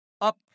up